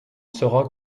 sera